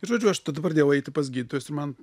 ir žodžiu aš tada pradėjau eiti pas gydytojus man